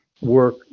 work